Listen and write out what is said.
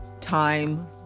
time